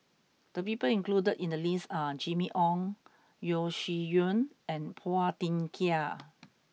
the people included in the list are Jimmy Ong Yeo Shih Yun and Phua Thin Kiay